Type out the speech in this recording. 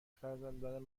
فرزندان